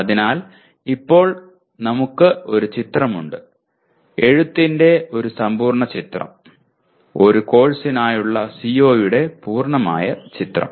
അതിനാൽ ഇപ്പോൾ നമുക്ക് ഒരു ചിത്രമുണ്ട് എഴുത്തിന്റെ ഒരു സമ്പൂർണ്ണ ചിത്രം ഒരു കോഴ്സിനായുള്ള CO യുടെ പൂർണ്ണമായ ചിത്രം